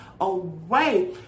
away